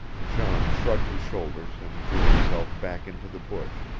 jean shrugged his shoulders and drew himself back into the bush,